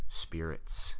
spirits